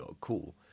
cool